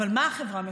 אבל מה החברה מפספסת?